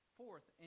fourth